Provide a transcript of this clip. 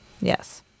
yes